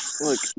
Look